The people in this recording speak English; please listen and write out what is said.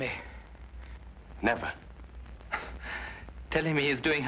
make never telling me is doing